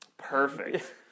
Perfect